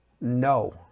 No